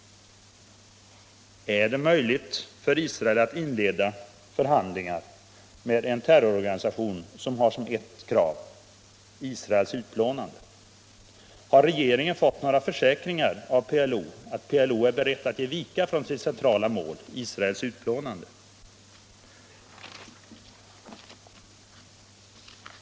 Är det möjligt för Israel att inleda förhandlingar med en terrororganisation som har Israels utplånande som ett krav? Har regeringen fått några försäkringar av PLO om att PLO är berett att ge vika från sitt centrala mål, Israels utplånande?